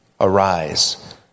arise